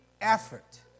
effort